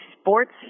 sports